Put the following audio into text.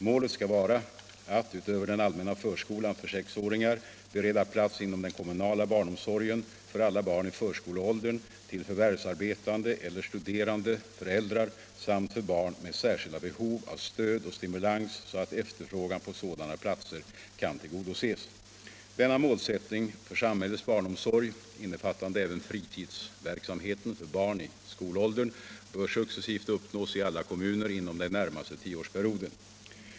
Målet skall vara att —- utöver den allmänna förskolan för sexåringar — bereda plats inom den kommunala barnomsorgen för alla barn i förskoleåldern till förvärvsarbetande eller studerande föräldrar samt för barn med särskilda behov av stöd och stimulans, så att efterfrågan på sådana platser kan tillgodoses. Denna målsättning för samhällets barnomsorg, innefattande även fritidsverksamheten för barn i skolåldern, bör successivt uppnås i alla kommuner inom den närmaste tioårsperioden.